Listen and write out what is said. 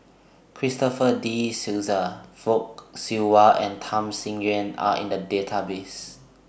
Christopher De Souza Fock Siew Wah and Tham Sien Yen Are in The Database